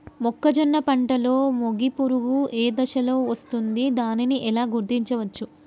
మొక్కజొన్న పంటలో మొగి పురుగు ఏ దశలో వస్తుంది? దానిని ఎలా గుర్తించవచ్చు?